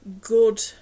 good